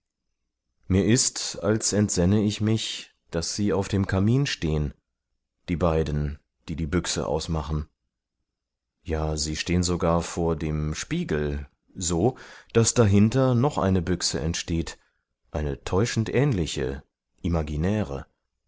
mir ist als entsänne ich mich daß sie auf dem kamin stehn die beiden die die büchse ausmachen ja sie stehn sogar vor dem spiegel so daß dahinter noch eine büchse entsteht eine täuschend ähnliche imaginäre